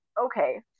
Okay